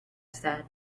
said